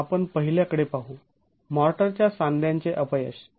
तर आपण पहिल्या कडे पाहू मॉर्टरच्या सांध्यांचे अपयश